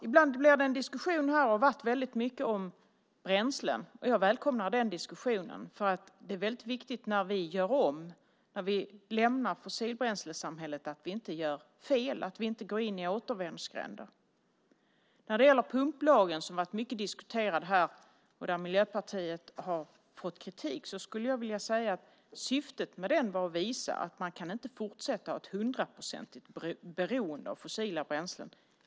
Ibland blir det en diskussion här - det har det varit väldigt mycket - om bränslen, och jag välkomnar den diskussionen. Det är väldigt viktigt, när vi gör om och lämnar fossilbränslesamhället, att vi inte gör fel och går in i återvändsgränder. När det gäller pumplagen, som har varit mycket diskuterad här och där Miljöpartiet har fått kritik, skulle jag vilja säga att syftet med den var att visa att man inte kan fortsätta ett hundraprocentigt beroende av fossila bränslen.